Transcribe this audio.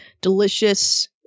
delicious